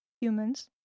humans